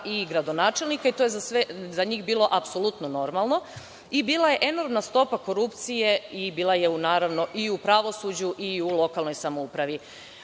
i gradonačelnika i to je za njih bilo apsolutno normalno. Bila je enormna stopa korupcije i bila je u pravosuđu i lokalnoj samoupravi. Ova